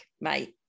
mate